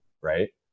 right